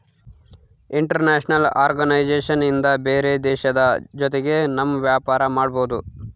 international organisation ಇಂದ ಬೇರೆ ದೇಶದ ಜೊತೆಗೆ ನಮ್ ವ್ಯಾಪಾರ ಮಾಡ್ಬೋದು